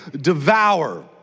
devour